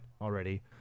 already